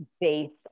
based